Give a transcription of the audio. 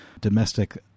domestic